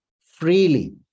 freely